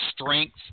strength